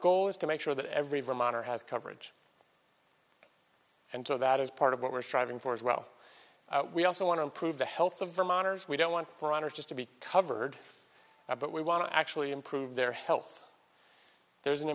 goal is to make sure that every vermonter has coverage and so that is part of what we're striving for as well we also want to improve the health of vermonters we don't want foreigners just to be covered but we want to actually improve their health there's an